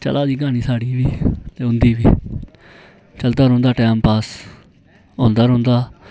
चला दी क्हानी साढ़ी बी ते उंदी बी चलदा रौंहदा टैंम पास होंदा रौंहदा